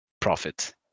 profit